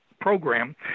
program